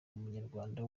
umunyarwanda